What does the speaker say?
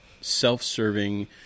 self-serving